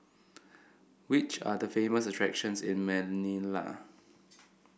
which are the famous attractions in Manila